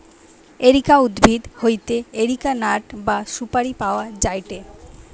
areca উদ্ভিদ হইতে areca nut বা সুপারি পাওয়া যায়টে